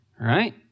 right